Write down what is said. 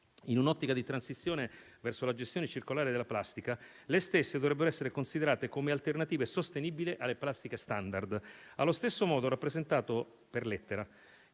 in un'ottica di transizione verso la gestione circolare della plastica, le stesse dovrebbero essere considerate come alternative sostenibili alle plastiche *standard.* Allo stesso modo ho rappresentato per lettera,